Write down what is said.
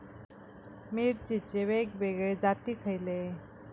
मिरचीचे वेगवेगळे जाती खयले?